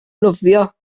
nofio